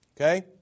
Okay